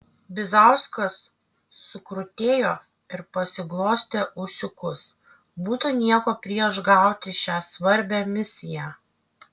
bizauskas sukrutėjo ir pasiglostė ūsiukus būtų nieko prieš gauti šią svarbią misiją